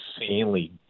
insanely